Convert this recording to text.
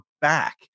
back